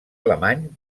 alemany